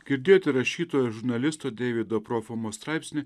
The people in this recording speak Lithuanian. girdėjote rašytojo žurnalisto deivido profamo straipsnį